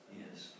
yes